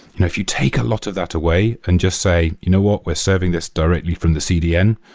if you take a lot of that away and just say, you know what? we're serving this directly from the cdn,